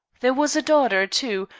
there was a daughter, too,